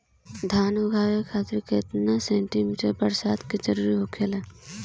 धान उगावे खातिर केतना सेंटीमीटर बरसात के जरूरत होखेला?